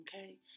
Okay